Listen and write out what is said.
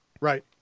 Right